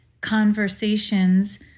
conversations